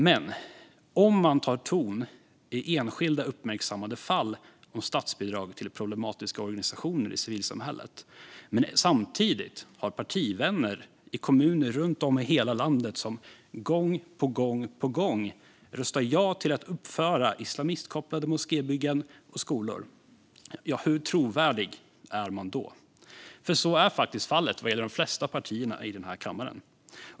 Men om man tar ton i enskilda uppmärksammade fall om statsbidrag till problematiska organisationer i civilsamhället men samtidigt har partivänner i kommuner runt om i hela landet som gång på gång röstar ja till att uppföra islamistkopplade moskébyggen och skolor, hur trovärdig är man då? Så är faktiskt fallet vad gäller de flesta partier i denna kammare.